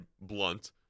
blunt